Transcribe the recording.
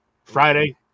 Friday